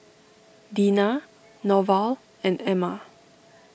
Deena Norval and Emma